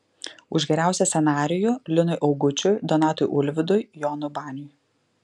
už geriausią scenarijų linui augučiui donatui ulvydui jonui baniui